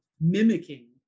mimicking